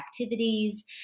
activities